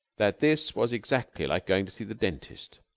that this was exactly like going to see the dentist.